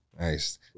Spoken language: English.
Nice